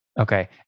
Okay